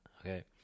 Okay